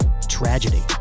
tragedy